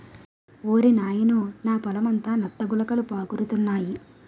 ఓరి నాయనోయ్ మా పొలమంతా నత్త గులకలు పాకురుతున్నాయి